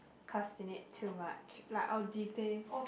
~castinate too much like I'll delay